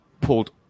pulled